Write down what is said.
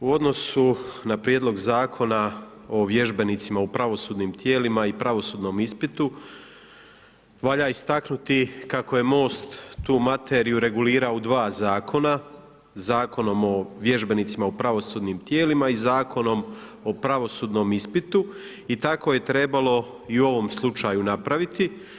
U odnosu na prijedlog Zakona o vježbenicima u pravosudnim tijelima i pravosudnom ispitu valja istaknuti kako je Most tu materiju regulirao u 2 zakona, Zakonom o vježbenicima u pravosudnim tijelima i Zakonom o pravosudnom ispitu i tako je trebalo i u ovom slučaju napraviti.